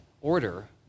order